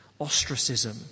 ostracism